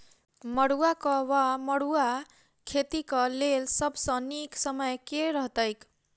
मरुआक वा मड़ुआ खेतीक लेल सब सऽ नीक समय केँ रहतैक?